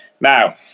Now